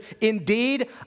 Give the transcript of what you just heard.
Indeed